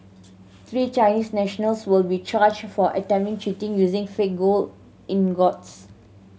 three Chinese nationals will be charged for attempting cheating using fake gold ingots